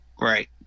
Right